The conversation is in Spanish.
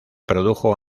produjo